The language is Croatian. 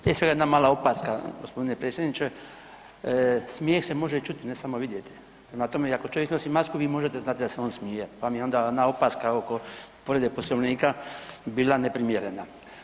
Prije svega jedna mala opaska, g. predsjedniče, smijeh se može čuti, ne samo vidjeti, prema tome i ako čovjek nosi masku, vi možete znati da se on smije pa mi onda jedna opaska oko povrede Poslovnika je bila neprimjerena.